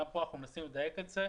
גם כאן אנחנו מנסים לדייק את זה,